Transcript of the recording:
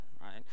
right